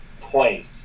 place